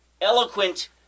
eloquent